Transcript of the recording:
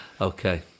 okay